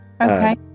okay